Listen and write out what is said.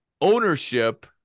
ownership